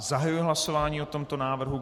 Zahajuji hlasování o tomto návrhu.